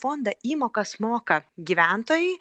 fondą įmokas moka gyventojai